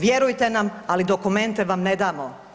Vjerujte nam, ali dokumente vam ne damo.